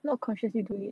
not consciously 作业